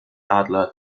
adler